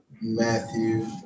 Matthew